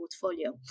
portfolio